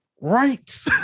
right